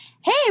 hey